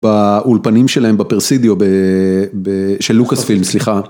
באולפנים שלהם בפרסידיו של לוקאס פילם סליחה.